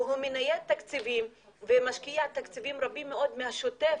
והוא מנייד תקציבים ומשקיע תקציבים רבים מאוד מהשוטף,